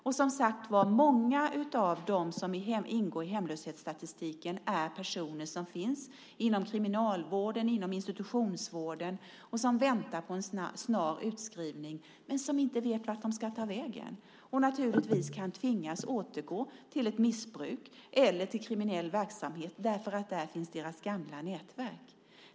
Och, som sagt var, många av dem som ingår i hemlöshetsstatistiken är personer som finns inom kriminalvården och inom institutionsvården och som väntar på en snar utskrivning men som inte vet vart de ska ta vägen. De kan naturligtvis tvingas att återgå till ett missbruk eller till kriminell verksamhet därför att deras gamla nätverk finns där.